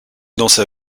danser